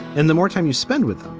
and the more time you spend with them,